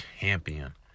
champion